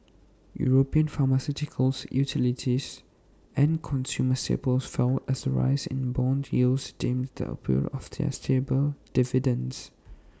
european pharmaceuticals utilities and consumer staples fell as the rise in Bond yields dimmed the appeal of their stable dividends